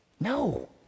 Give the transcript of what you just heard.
No